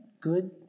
good